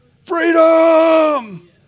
Freedom